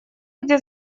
где